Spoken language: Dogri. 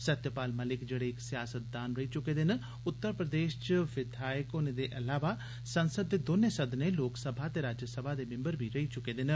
सत्यपाल मलिक जेह्ड़े इक सिआसतदान रेई चुके दे न उत्तर प्रदेश च विधायक रौह्ने दे इलावा संसद दे दौनें सदनें लोकसभा ते राज्यसभा दे मिंबर बी रेई चुके दे न